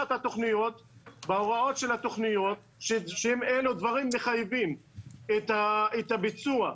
ההוראות של התכניות שמוגשות הן דברים שמחייבים את הביצוע.